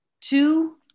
two